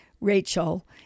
Rachel